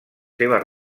seves